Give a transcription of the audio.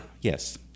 yes